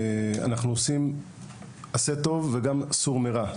אבל אנחנו עובדים ב-״עשה טוב״ וגם ב-״סור מרע״,